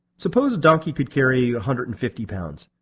suppose a donkey could carry hundred and fifty lbs.